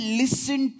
listen